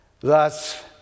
Thus